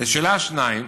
לשאלה 2: